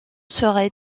serait